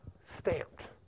stamped